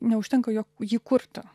neužtenka jog jį kurti